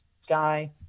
sky